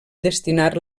destinar